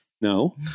No